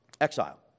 Exile